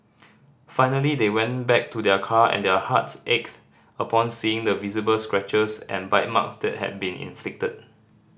finally they went back to their car and their hearts ached upon seeing the visible scratches and bite marks that had been inflicted